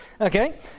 Okay